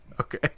Okay